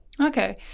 Okay